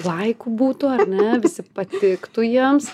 laikų būtų ar ne visi patiktų jiems